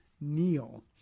Neil